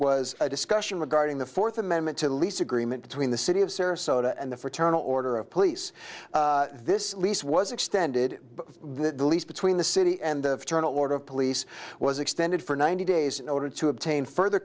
was a discussion regarding the fourth amendment to lease agreement between the city of sarasota and the fraternal order of police this lease was extended the lease between the city and the turn order of police was extended for ninety days in order to obtain further